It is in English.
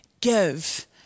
Give